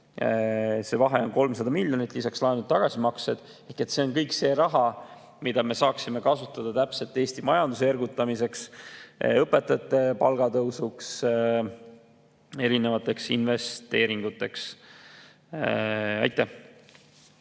See vahe on 300 miljonit, lisaks laenude tagasimaksed. See on kõik täpselt see raha, mida me saaksime kasutada Eesti majanduse ergutamiseks, õpetajate palga tõusuks ja erinevateks investeeringuteks. Aitäh!